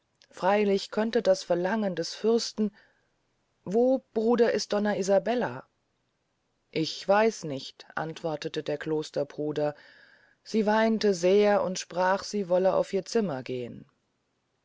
freylich könnte das verlangen des fürsten wohl bruder wo ist donna isabella ich weiß nicht antwortete der klosterbruder sie weinte sehr und sprach sie wolle auf ihr zimmer gehn